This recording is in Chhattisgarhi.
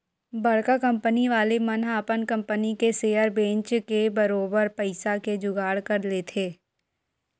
बड़का कंपनी वाले मन ह अपन कंपनी के सेयर बेंच के बरोबर पइसा के जुगाड़ कर लेथे